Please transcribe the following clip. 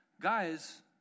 guys